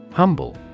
Humble